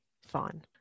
fine